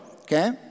okay